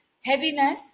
Heaviness